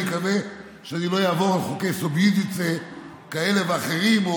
אני מקווה שאני לא אעבור על חוקי סוביודיצה כאלה ואחרים,